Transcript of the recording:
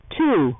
two